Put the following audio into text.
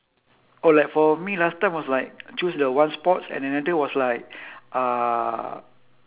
oh like for me last time was like choose the one sports and then another was like uh